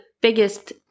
biggest